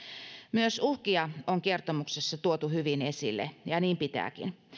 myös uhkia on kertomuksessa tuotu hyvin esille ja niin pitääkin